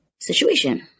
situation